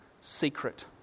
secret